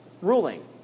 ruling